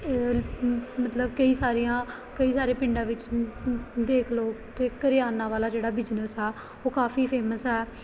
ਮਤਲਬ ਕਈ ਸਾਰੀਆਂ ਕਈ ਸਾਰੇ ਪਿੰਡਾਂ ਵਿੱਚ ਦੇਖ ਲਓ ਅਤੇ ਕਰਿਆਨਾ ਵਾਲਾ ਜਿਹੜਾ ਬਿਜਨਸ ਆ ਉਹ ਕਾਫੀ ਫੇਮਸ ਹੈ